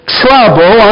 trouble